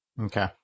Okay